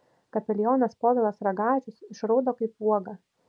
kapelionas povilas ragažius išraudo kaip uoga